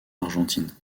argentine